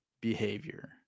behavior